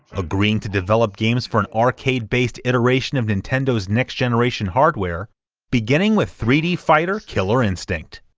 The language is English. agreeing to develop games for an arcade-based iteration of nintendo's next-generation hardware beginning with three d fighter killer instinct.